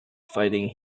fighting